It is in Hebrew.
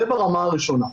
זה ברמה הראשונה.